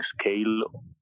scale